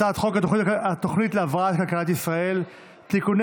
הצעת חוק התוכנית להבראת כלכלת ישראל (תיקוני